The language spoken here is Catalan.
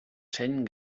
seny